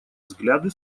взгляды